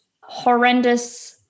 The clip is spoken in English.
horrendous